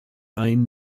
ein